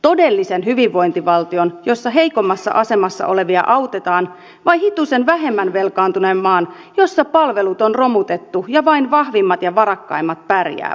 todellisen hyvinvointivaltion jossa heikommassa asemassa olevia autetaan vai hitusen vähemmän velkaantuneen maan jossa palvelut on romutettu ja vain vahvimmat ja varakkaimmat pärjäävät